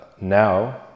now